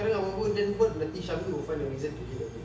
sekarang apa-apa dan buat nanti syahmi will find a reason to hate on it